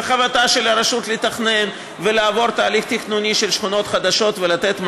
וחובתה של הרשות לתכנן ולעבור תהליך תכנוני של שכונות חדשות ולתת מענה.